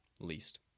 least